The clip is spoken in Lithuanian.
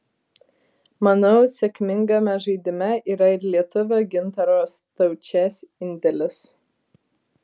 manau sėkmingame žaidime yra ir lietuvio gintaro staučės indėlis